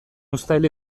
uztail